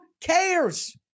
cares